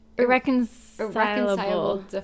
irreconcilable